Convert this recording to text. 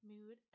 Mood